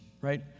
right